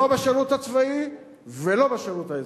לא בשירות הצבאי ולא בשירות האזרחי.